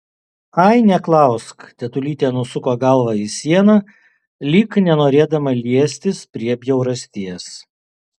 ai neklausk tetulytė nusuko galvą į sieną lyg nenorėdama liestis prie bjaurasties